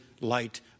light